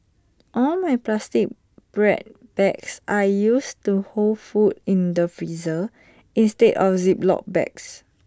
all my plastic bread bags are used to hold food in the freezer instead of Ziploc bags